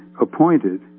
appointed